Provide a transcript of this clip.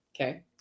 Okay